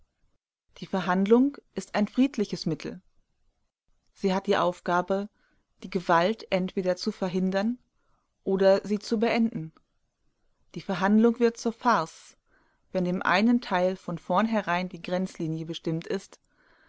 die verhandlung ist ein friedliches mittel sie hat die aufgabe die gewalt entweder zu verhindern oder sie zu beenden die verhandlung wird zur farce wenn dem einen teil von vornherein die grenzlinie bestimmt ist